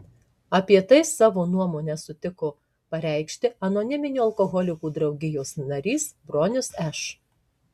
apie tai savo nuomonę sutiko pareikšti anoniminių alkoholikų draugijos narys bronius š